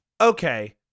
okay